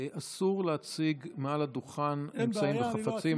אסור להציג מעל הדוכן אמצעים וחפצים,